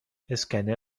اسکنر